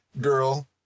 girl